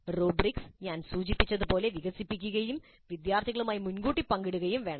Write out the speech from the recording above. rubrics ഞാൻ സൂചിപ്പിച്ചതുപോലെ വികസിപ്പിക്കുകയും വിദ്യാർത്ഥികളുമായി മുൻകൂട്ടി പങ്കിടുകയും വേണം